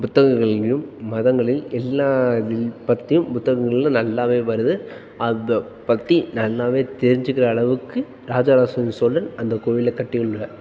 புத்தகங்களிலும் மதங்களில் எல்லா இதில் பற்றியும் புத்தகங்களிலும் நல்லா வருது அதை பற்றி நல்லா தெரிஞ்சுக்கிற அளவுக்கு ராஜராஜ சோழன் சோழன் அந்தக் கோவிலை கட்டி உள்ளார்